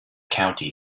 county